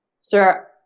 Sir